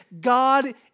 God